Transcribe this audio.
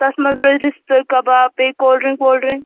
تتھ منٛز روٗزِ رِستہٕ کَباب بیٚیہِ کولڈ ڈرٛینک وولڈ ڈرٛینک